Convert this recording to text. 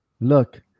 Look